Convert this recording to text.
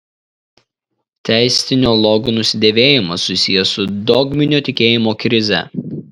teistinio logo nusidėvėjimas susijęs su dogminio tikėjimo krize